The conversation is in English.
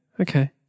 Okay